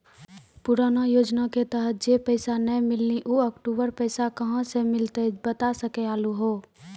पुराना योजना के तहत जे पैसा नै मिलनी ऊ अक्टूबर पैसा कहां से मिलते बता सके आलू हो?